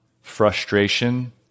frustration